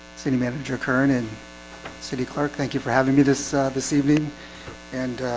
city manager kern and city clerk. thank you for having me this this evening and